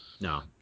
No